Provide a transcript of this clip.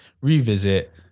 revisit